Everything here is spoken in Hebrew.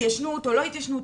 התיישנות או לא התיישנות,